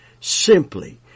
simply